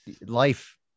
life